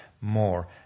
more